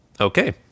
Okay